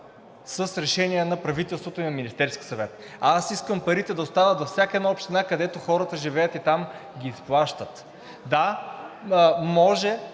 с решение на правителството и на Министерския съвет. А аз искам парите да останат във всяка една община, където хората живеят и там ги изплащат. Да, може